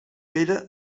pere